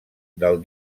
del